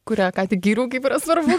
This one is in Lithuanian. kurią ką tik gyriau kaip yra svarbu